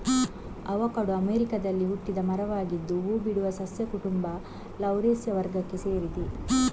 avocado ಅಮೆರಿಕಾದಲ್ಲಿ ಹುಟ್ಟಿದ ಮರವಾಗಿದ್ದು ಹೂ ಬಿಡುವ ಸಸ್ಯ ಕುಟುಂಬ ಲೌರೇಸಿಯ ವರ್ಗಕ್ಕೆ ಸೇರಿದೆ